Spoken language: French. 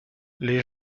les